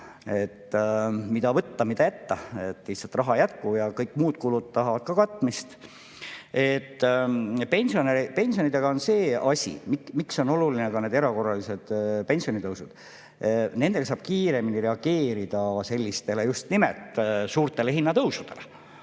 ees, mida võtta, mida jätta, lihtsalt raha ei jätku, aga kõik muud kulud tahavad ka katmist. Pensionidega on see asi, miks on oluline ka need erakorralised pensionitõusud, et nendega saab kiiremini reageerida sellistele just nimelt suurtele hinnatõusudele.